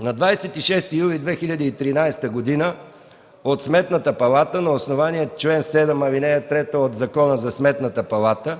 На 26 юли 2013 г. от Сметната палата на основание чл. 7, ал. 3 от Закона за Сметната палата